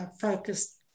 focused